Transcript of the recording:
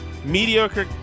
Mediocre